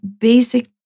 basic